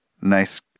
nice